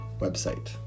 website